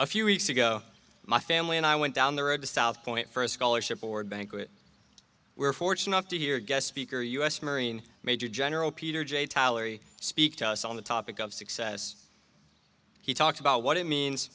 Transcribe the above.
a few weeks ago my family and i went down the road to south point for a scholarship award banquet we're fortunate enough to hear guest speaker u s marine major general peter j tyler speak to us on the topic of success he talks about what it means